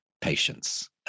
patience